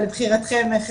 תלבישו על זה את